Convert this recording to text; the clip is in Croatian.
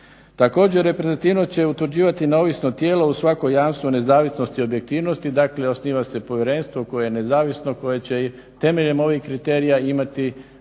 Također reprezentativnost će utvrđivati neovisno tijelo u svako jamstvo nezavisnosti i objektivnosti. Dakle osniva se povjerenstvo koje je nezavisno koje će temeljem ovih kriterija imati zadaću